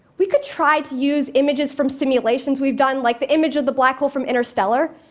we could try to use images from simulations we've done, like the image of the black hole from interstellar,